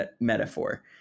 metaphor